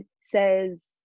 says